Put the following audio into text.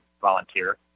volunteer